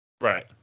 Right